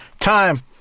Time